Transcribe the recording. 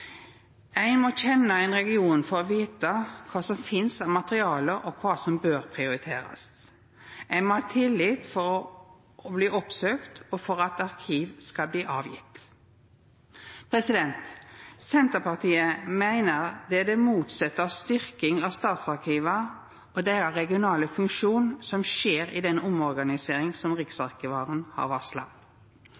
Ein må kjenna ein region for å vita kva som finst av materiale, og kva som bør prioriterast. Ein må ha tillit for å bli oppsøkt og for at arkiv skal bli utleverte. Senterpartiet meiner det er det motsette av styrking av statsarkiva og deira regionale funksjon som skjer i den omorganiseringa som